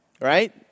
right